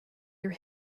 your